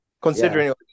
Considering